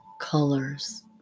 colors